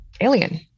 alien